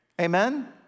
Amen